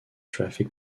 traffic